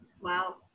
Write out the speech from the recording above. Wow